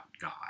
god